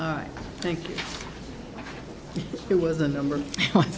i think it was the number one